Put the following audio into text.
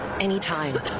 anytime